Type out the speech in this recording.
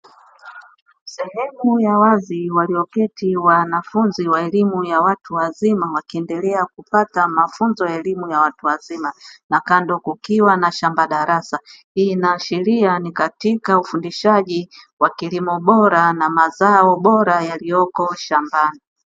Sehemu ya wazi walioketi wanafunzi wa elimu ya watu wazima, wakiendelea kupata mafunzo ya elimu ya watu wazima, na kando kukiwa na shamba darasa. Hii inaashiria ni katika ufundishaji wa kilimo bora na mazao bora yaliyoko shambani.